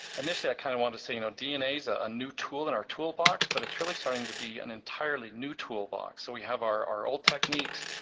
initially, i kind of want to say, you know, dna is a new tool in our toolbox, but it's really starting to be an entirely new toolbox. so, we have our our old techniques,